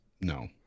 no